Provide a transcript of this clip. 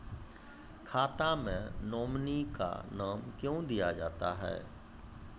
खाता मे नोमिनी का नाम क्यो दिया जाता हैं?